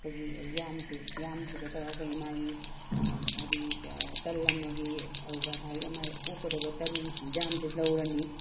ꯑꯩꯈꯣꯏꯒꯤ ꯌꯥꯝꯁꯦ ꯌꯥꯝꯁꯤꯗ ꯇꯧꯔꯒ ꯑꯩꯈꯣꯏꯒꯤ ꯃꯥꯒꯤ ꯍꯥꯏꯕꯗꯤ ꯇꯟ ꯑꯃꯒꯤ ꯑꯥꯜꯂꯨ ꯄꯔꯥꯊꯥꯒꯤ ꯃꯥꯏ ꯑꯣꯛꯀꯗꯕ ꯇꯟ ꯌꯥꯝꯁꯦ ꯂꯧꯔꯅꯤ